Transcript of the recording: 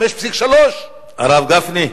5.3% הרב גפני,